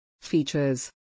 Features